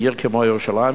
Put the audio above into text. בעיר כמו ירושלים,